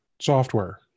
software